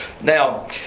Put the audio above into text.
Now